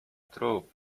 trup